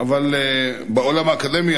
אבל בעולם האקדמי